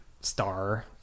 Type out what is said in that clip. star